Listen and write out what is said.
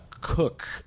cook